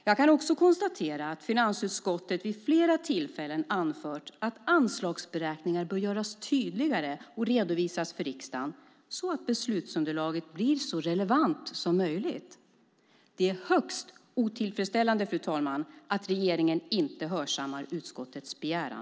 Jag kan också konstatera att finansutskottet vid flera tillfällen anfört att anslagsberäkningar bör göras tydligare och redovisas för riksdagen så att beslutsunderlaget blir så relevant som möjligt. Det är, fru talman, högst otillfredsställande att regeringen inte hörsammar utskottets begäran.